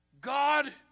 God